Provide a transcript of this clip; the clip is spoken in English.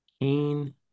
Kane